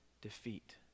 defeat